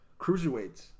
Cruiserweights